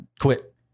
quit